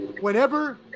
Whenever –